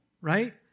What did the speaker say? right